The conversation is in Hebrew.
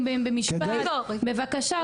בבקשה,